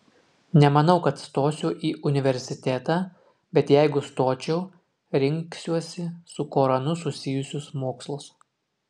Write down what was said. nemanau kad stosiu į universitetą bet jeigu stočiau rinksiuosi su koranu susijusius mokslus